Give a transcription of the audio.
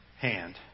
hand